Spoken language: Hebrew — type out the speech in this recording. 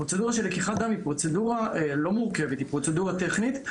הפרוצדורה של לקיחת דם היא פרוצדורה לא מורכבת; היא פרוצדורה טכנית,